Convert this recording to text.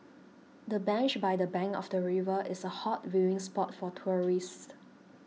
the bench by the bank of the river is a hot viewing spot for tourists